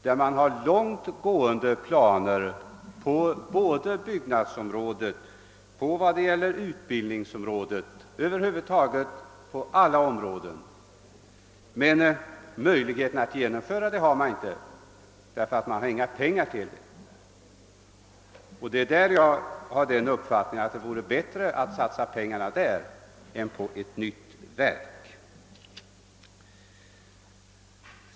Man har där långt avancerade planer både på byggnadsoch utbildningsområdet och på många andra områden. Men pengar för att genomföra rationaliseringsplanerna saknas. Min uppfattning är att det vore bättre att satsa pengarna där än att inrätta ett nytt verk.